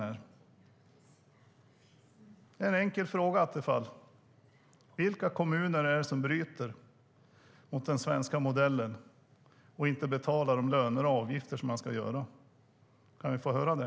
Jag har en enkel fråga, Attefall: Vilka kommuner är det som bryter mot den svenska modellen och inte betalar löner och avgifter som de ska? Kan vi få höra det?